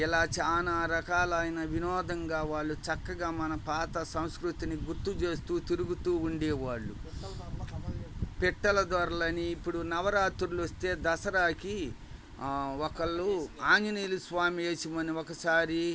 ఇలా చాలా రకాలైన వినోదంగా వాళ్ళు చక్కగా మన పాత సంస్కృతిని గుర్తు చేస్తూ తిరుగుతూ ఉండేవాళ్ళు పిట్టలదొరలని ఇప్పుడు నవరాత్రులు వస్తే దసరాకీ ఒకళ్ళు ఆంజనేయ స్వామి వేషం అని ఒకసారి